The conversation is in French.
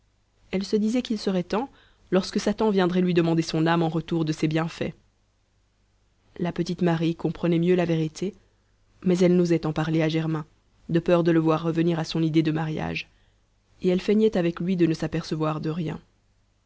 elle se disait qu'il serait temps lorsque satan viendrait lui demander son âme en retour de ses bienfaits la petite marie comprenait mieux la vérité mais elle n'osait en parler à germain de peur de le voir revenir à son idée de mariage et elle feignait avec lui de ne s'apercevoir de rien